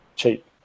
cheap